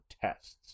tests